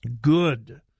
good